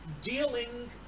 dealing